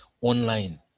online